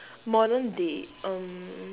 modern day um